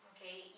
Okay